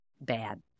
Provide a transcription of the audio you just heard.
bad